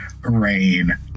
rain